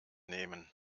nehmen